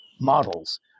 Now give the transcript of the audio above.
models